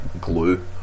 glue